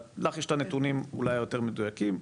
לך יש את הנתונים האלה, אולי יותר מדויקים.